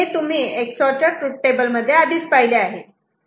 हे तुम्ही EX OR च्या ट्रूथ टेबल मध्ये आधीच पाहिले आहे